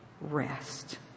rest